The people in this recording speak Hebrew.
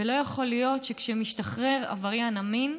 ולא יכול להיות שכשמשתחרר עבריין המין,